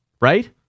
right